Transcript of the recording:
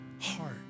heart